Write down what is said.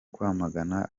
kwamagana